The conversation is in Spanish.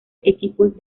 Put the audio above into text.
equipos